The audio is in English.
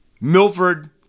Milford